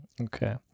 Okay